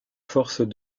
force